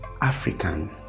African